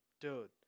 Dude